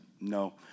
no